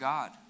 God